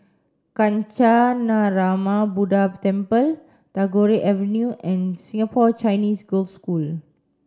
Kancanarama Buddha Temple Tagore Avenue and Singapore Chinese Girls' School